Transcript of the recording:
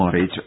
O അറിയിച്ചു